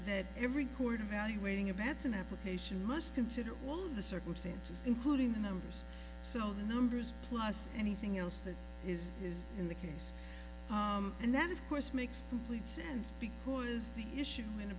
that every court evaluating abets an application must consider all the circumstances including the numbers so the numbers plus anything else that is is in the case and that of course makes complete sense because the issue in a